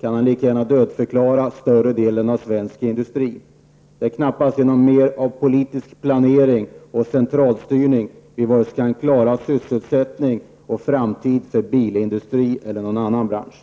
kan han lika gärna dödförklara större delen av svensk industri. Det är knappast genom mer av politisk planering och centralstyrning som vi kan klara sysselsättning eller framtid vare sig för bilindustrin eller för någon annan bransch.